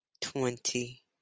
twenty